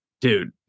dude